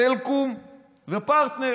סלקום ופרטנר,